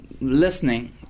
listening